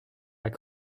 pas